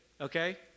okay